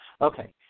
Okay